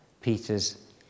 Peter's